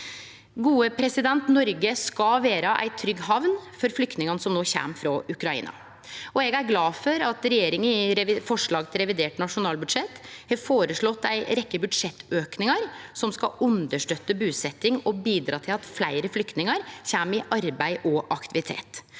Noreg skal vere ei trygg hamn for flyktningane som no kjem frå Ukraina. Eg er glad for at regjeringa i forslag til revidert nasjonalbudsjett har føreslått ei rekkje budsjettaukar som skal støtte busetjing og bidra til at fleire flyktningar kjem i arbeid og aktivitet.